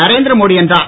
நரேந்திர மோடி என்றார்